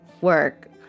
work